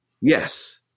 Yes